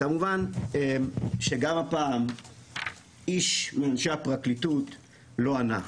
כמובן שגם הפעם איש מאנשי הפרקליטות לא ענה.